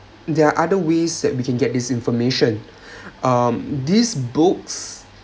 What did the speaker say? there are other ways that we can get this information um these books